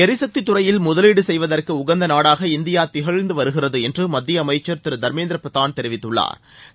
எரிசக்தி துறையில் முதலீடு செய்வதற்கு உகந்த நாடாக இந்தியா திகழ்ந்து வருகிறது என்று மத்திய அமைச்சர் திரு தர்மேந்திர பிரதான் தெரிவித்துள்ளாா்